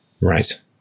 Right